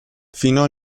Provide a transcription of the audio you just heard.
fino